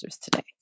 today